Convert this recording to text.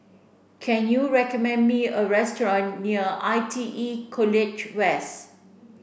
can you recommend me a restaurant near I T E College West